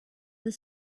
the